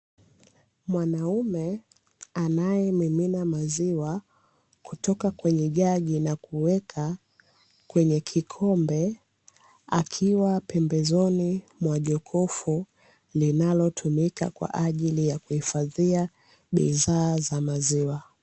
Mwanaume anayemimina maziwa kutoka kwenye jagi na kuweka kwenye kikombe akiwa pembezoni mwa jokofu linalotumika kwa ajili ya kuhifadhia bidhaa za maziwa.